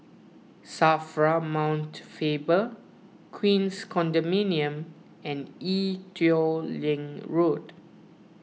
Safra Mount Faber Queens Condominium and Ee Teow Leng Road